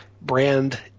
brand